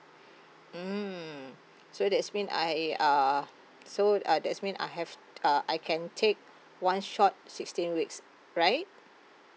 mm so that's mean I uh so uh that's mean I have uh I can take one shot sixteen weeks right